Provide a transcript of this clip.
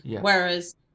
Whereas